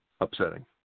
upsetting